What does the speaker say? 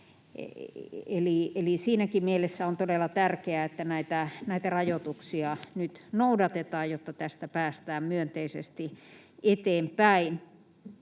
siinäkin mielessä on todella tärkeää, että näitä rajoituksia nyt noudatetaan, jotta tästä päästään myönteisesti eteenpäin.